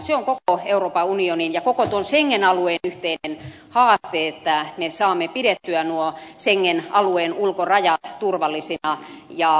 se on koko euroopan unionin ja koko tuon schengen alueen yhteinen haaste että me saamme pidettyä nuo schengen alueen ulkorajat turvallisina